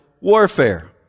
warfare